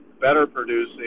better-producing